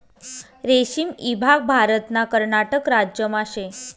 रेशीम ईभाग भारतना कर्नाटक राज्यमा शे